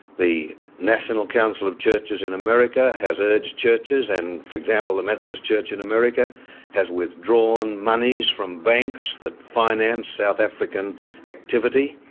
the national council of churches in america has urged churches and for example the methodist church in america has withdrawn monies from banks that finance south african activity.